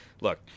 Look